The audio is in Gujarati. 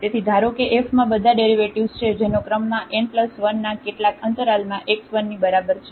તેથી ધારો કે f માં બધા ડેરિવેટિવ્ઝ છે જેનો ક્રમમાં n 1 ના કેટલાક અંતરાલમાં x 1 ની બરાબર છે